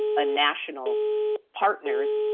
ah national partners,